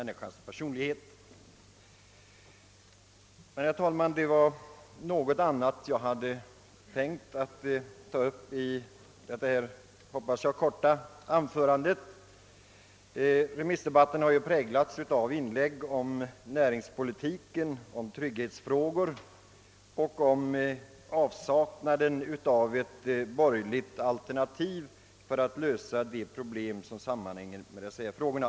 Detta är dock inte, herr talman, anledningen till att jag begärt ordet för detta, som jag hoppas, korta anförande. Remissdebatten har ju präglats av inlägg om näringspolitiken och trygghetsfrågorna och om avsaknaden av ett borgerligt alternativ för att lösa de problem som förekommer på dessa områden.